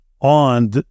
On